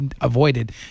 avoided